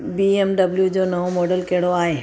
B M W जो नओं model कहिड़ो आहे